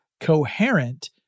coherent